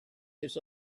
this